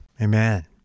Amen